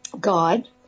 God